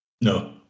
No